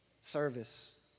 service